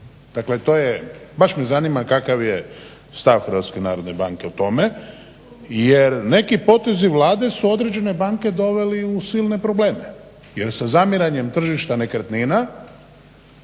Dakle to je, baš me zanima kakav je stav HNB-a o tome jer neki potezi Vlade su određene banke doveli u silne probleme. Jer se zamjeranjem tržišta nekretnina